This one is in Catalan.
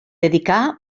dedicà